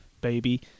baby